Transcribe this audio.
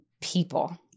people